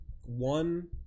One